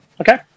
okay